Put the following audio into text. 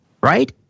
right